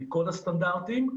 מכל הסטנדרטים,